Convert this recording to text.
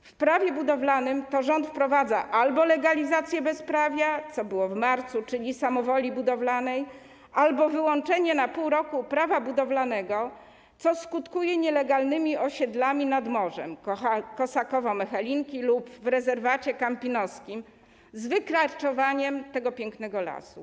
W zakresie Prawa budowlanego rząd wprowadza albo legalizację bezprawia - co było w marcu - czyli samowoli budowlanej, albo wyłączenie na pół roku Prawa budowlanego, co skutkuje nielegalnymi osiedlami nad morzem, Kosakowo, Mechelinki, lub w rezerwacie kampinoskim, z wykarczowaniem tego pięknego lasu.